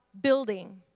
building